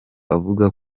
avuga